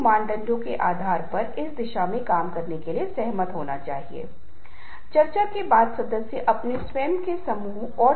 एक व्यक्ति ने अच्छा काम किया है उसे उसकी सराहना की जानी चाहिए धन्यवाद बधाई आपने अच्छा काम किया है इसे बनाए रखें